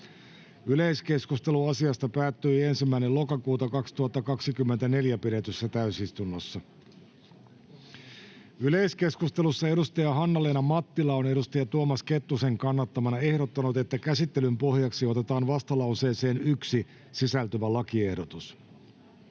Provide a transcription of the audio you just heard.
Yleiskeskustelu asiasta päättyi 1.10.2024 pidetyssä täysistunnossa. Yleiskeskustelussa edustaja Hanna-Leena Mattila on edustaja Tuomas Kettusen kannattamana ehdottanut, että käsittelyn pohjaksi otetaan vastalauseeseen 1 sisältyvä lakiehdotus.